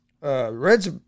Reds